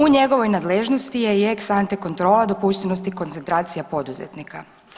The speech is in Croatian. U njegovoj nadležnosti je i ex ante kontrola dopuštenosti koncentracije poduzetnika.